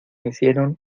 hicieron